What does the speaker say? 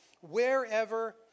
wherever